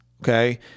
okay